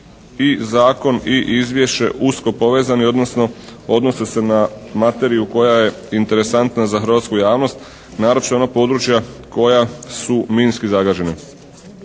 i zakon i izvješće usko povezani odnosno odnose se na materiju koja je interesantna za hrvatsku javnost. Naročito ona područja koja su minski zagađena.